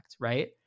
right